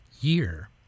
year